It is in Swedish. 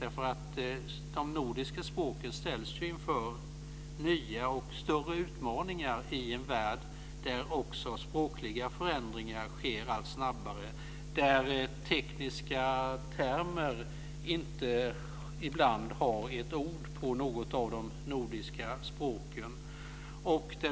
De nordiska språken ställs ju inför nya och större utmaningar i en värld där också språkliga förändringar sker allt snabbare. Tekniska termer har inte alltid ett ord på något av de nordiska språken.